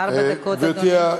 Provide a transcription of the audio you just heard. ארבע דקות, אדוני.